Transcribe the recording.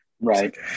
right